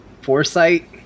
foresight